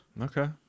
Okay